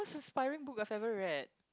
inspiring book I've ever read